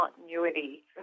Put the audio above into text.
continuity